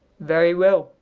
very well,